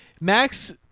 Max